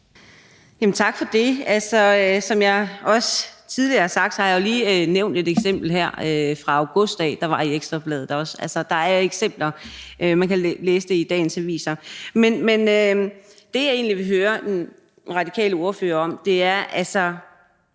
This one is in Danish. Tak for det. Som jeg tidligere har sagt, er der eksempler. Jeg har også lige nævnt et eksempel her fra august, der var i Ekstra Bladet. Der er eksempler – man kan læse det i dagens aviser. Men det, jeg egentlig vil høre den radikale ordfører i forhold